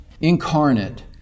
incarnate